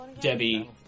Debbie